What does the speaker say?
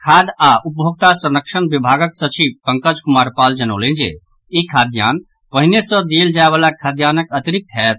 खाद्य आओर उपभोक्ता संरक्षण विभाग सचिव पंकज कुमार पाल जनौलनि जे ई खाद्यान्न पहिने सँ देल जाय वला खाद्यान्न अतिरिक्त होयत